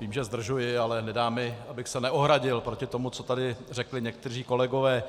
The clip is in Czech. Vím, že zdržuji, ale nedá mi, abych se neohradil proti tomu, co tady řekli někteří kolegové